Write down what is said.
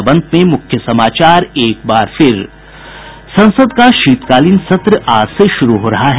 और अब अंत में मुख्य समाचार संसद का शीतकालीन सत्र आज से शुरू हो रहा है